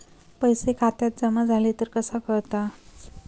पैसे खात्यात जमा झाले तर कसा कळता?